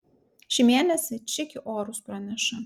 šį mėnesį čiki orus praneša